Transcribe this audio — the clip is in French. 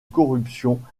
corruption